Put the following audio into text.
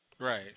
right